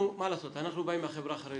אנחנו באים מהחברה החרדית.